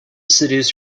seduce